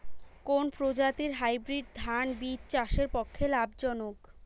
কোন প্রজাতীর হাইব্রিড ধান বীজ চাষের পক্ষে লাভজনক?